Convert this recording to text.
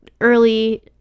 early